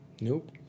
Nope